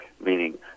meaning